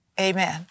Amen